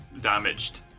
damaged